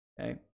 Okay